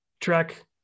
track